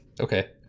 Okay